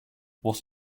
what